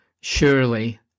Surely